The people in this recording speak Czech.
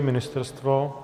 Ministerstvo?